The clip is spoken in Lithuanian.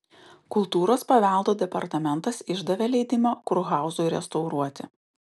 kultūros paveldo departamentas išdavė leidimą kurhauzui restauruoti